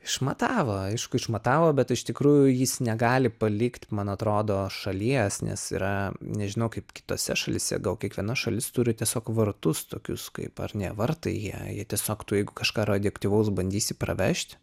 išmatavo aišku išmatavo bet iš tikrųjų jis negali palikt man atrodo šalies nes yra nežinau kaip kitose šalyse gal kiekviena šalis turi tiesiog vartus tokius kaip ar ne vartai jie jie tiesiog tu jeigu kažką radioaktyvaus bandysi pravežt